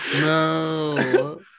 No